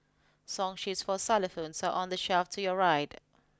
song sheets for xylophones are on the shelf to your right